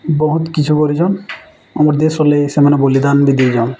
ବହୁତ୍ କିଛୁ କରିଛନ୍ ଆମର୍ ଦେଶର୍ ଲାଗି ସେମାନେ ବଲିଦାନ୍ ବି ଦେଇଛନ୍